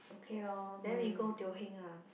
okay lor then we go Teo-Heng ah